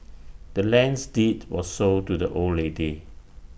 the land's deed was sold to the old lady